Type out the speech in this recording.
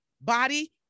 body